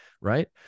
right